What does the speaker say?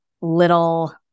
little